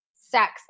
Sex